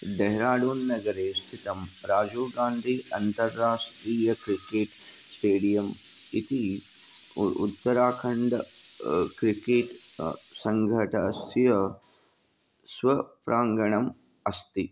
डेहराडुन् नगरे स्थितं राजीव् गान्धी अन्ताराष्ट्रियं क्रिकेट् स्टेडियम् इति उ उत्तराखण्ड क्रिकेट् सङ्घटस्य स्वप्राङ्गणम् अस्ति